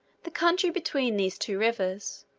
the country between these two rivers,